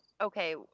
okay